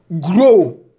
grow